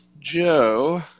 Joe